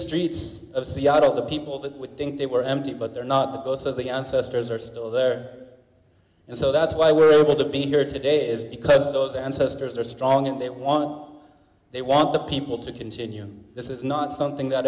streets of seattle the people that would think they were empty but they're not the posters the ancestors are still there and so that's why we're able to be here today is because those ancestors are strong in that want they want the people to continue this is not something that